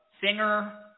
singer